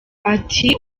ati